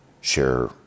Share